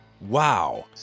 Wow